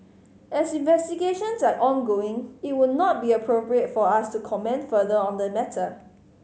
as investigations are ongoing it would not be appropriate for us to comment further on the matter